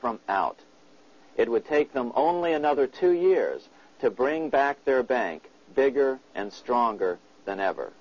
from out it would take them only another two years to bring back their bank bigger and stronger than ever